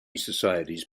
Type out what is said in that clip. societies